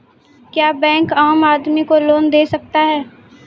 क्या बैंक आम आदमी को लोन दे सकता हैं?